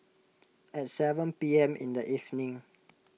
at seven P M in the evening